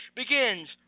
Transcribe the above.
begins